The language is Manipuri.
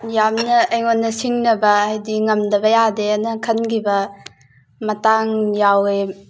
ꯌꯥꯝꯅ ꯑꯩꯉꯣꯟꯗ ꯁꯤꯡꯅꯕ ꯍꯥꯏꯗꯤ ꯉꯝꯗꯕ ꯌꯥꯗꯦꯅ ꯈꯟꯒꯤꯕ ꯃꯇꯥꯡ ꯌꯥꯎꯋꯦ